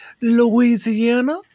Louisiana